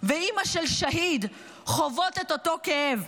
ואימא של שהיד חוות את אותו כאב,